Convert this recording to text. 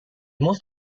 most